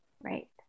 Right